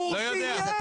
אז לא.